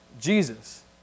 Jesus